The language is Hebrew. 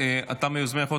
אתה מיוזמי החוק,